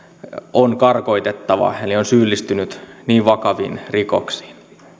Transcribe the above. on karkotettava eli on syyllistynyt niin vakaviin rikoksiin